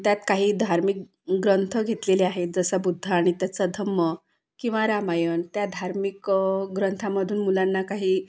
त्यात काही धार्मिक ग्रंथ घेतलेले आहे जसं बुद्ध आणि त्याचा धम्म किंवा रामायण त्या धार्मिक ग्रंथामधून मुलांना काही